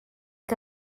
que